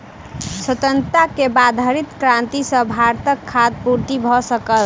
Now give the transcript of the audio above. स्वतंत्रता के बाद हरित क्रांति सॅ भारतक खाद्य पूर्ति भ सकल